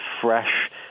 fresh